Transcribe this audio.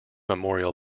memorial